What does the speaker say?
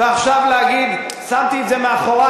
ועכשיו להגיד: שמתי את זה מאחורי,